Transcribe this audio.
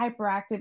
hyperactive